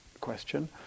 question